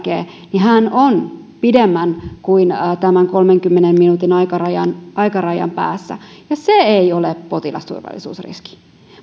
jälkeen hän on pidemmän kuin tämän kolmenkymmenen minuutin aikarajan aikarajan päässä ja se ei ole potilasturvallisuusriski